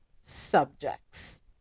subjects